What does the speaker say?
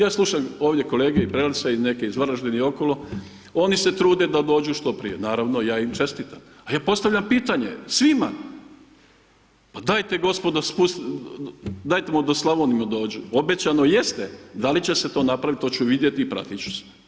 Ja slušam ovdje kolege i Prelca i neke iz Varaždina i okolo, oni se trude da dođu što prije, naravno ja im čestitam, a ja postavljam pitanje svima pa dajte gospodo spustite, daje mu do Slavonije doći, obećano jeste da li će to napraviti to ću vidjeti i pratit ću se.